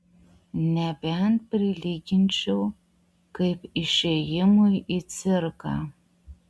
nebent prilyginčiau kaip išėjimui į cirką